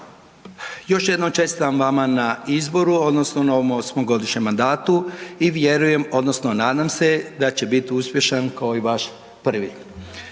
Još jednom čestitam vama na izboru odnosno na ovom 8-godišnjem mandatu i vjerujem odnosno nadam se da će bit uspješan kao i vaš prvi.